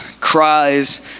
cries